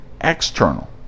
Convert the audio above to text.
external